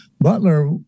Butler